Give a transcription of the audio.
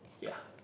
ya